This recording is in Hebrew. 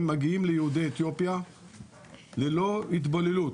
הם מגיעים ליהודי אתיופיה ללא התבוללות